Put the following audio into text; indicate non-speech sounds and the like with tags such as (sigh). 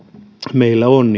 meillä on (unintelligible)